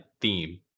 theme